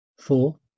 Four